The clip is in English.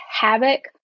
havoc